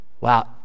Wow